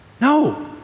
No